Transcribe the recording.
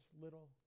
little